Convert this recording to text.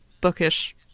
bookish